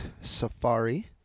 safari